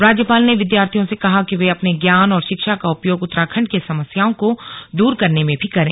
राज्यपाल ने विद्यार्थियों से कहा कि वे अपने ज्ञान और शिक्षा का उपयोग उत्तराखंड की समस्याओं को दूर करने में भी करें